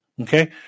Okay